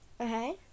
Okay